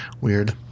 weird